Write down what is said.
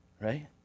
Right